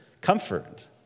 comfort